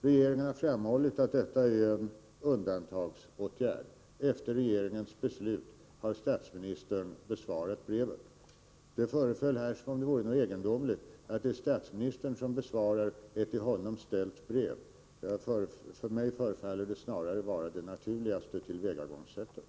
Regeringen har framhållit att detta är en undantagsåtgärd. Efter regeringens beslut har statsministern besvarat brevet. Det föreföll här som om det vore egendomligt att det var statsministern som besvarade ett till honom ställt brev. Mig förefaller det snarare vara det naturliga tillvägagångssättet.